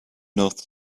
north